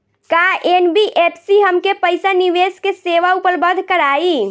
का एन.बी.एफ.सी हमके पईसा निवेश के सेवा उपलब्ध कराई?